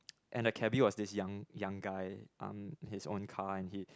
and the cabby was this young young guy um his own car and he